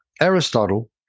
Aristotle